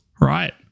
right